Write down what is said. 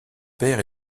père